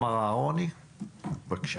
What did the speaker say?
מר אהרוני בבקשה.